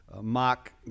mock